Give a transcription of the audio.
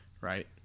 right